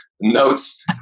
Notes